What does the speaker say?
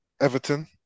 Everton